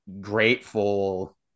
grateful